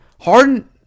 Harden